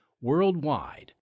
worldwide